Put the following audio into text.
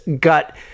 gut